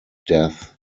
death